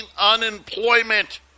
unemployment